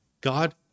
God